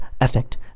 effect